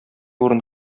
урын